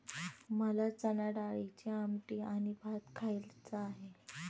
मला चणाडाळीची आमटी आणि भात खायचा आहे